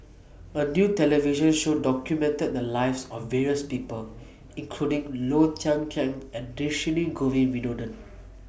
A New television Show documented The Lives of various People including Low Thia Khiang and Dhershini Govin Winodan